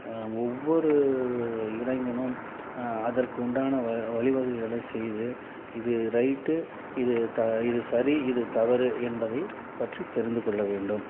ஒவ்வொரு இளைஞனும் அதற்கு உண்டான வ வழிவகைகளை செய்து இது ரைட்டு இது த இது சரி இது தவறு என்பதை பற்றி தெரிந்து கொள்ள வேண்டும்